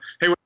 hey